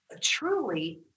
truly